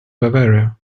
bavaria